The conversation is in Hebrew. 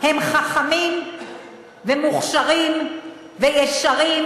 הם חכמים ומוכשרים וישרים,